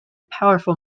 powerful